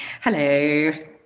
hello